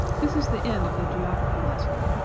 this is the end of the geography lesson.